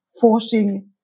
forcing